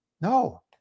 No